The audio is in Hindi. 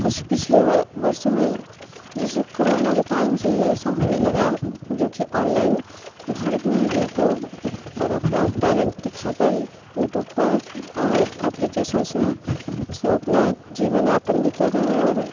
कुछ पिछले वर्षों में जैसे कोरोना के टाइम से ही ऐसा होने लगा है जो कि ऑनलाईन भारत में यूटूब पर अपना टैलेंट दिखा कर यूटूब पर अप्लिकेशनस में सब अपना जीवनयापन भी कर रहे हैं और